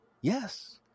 yes